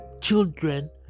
children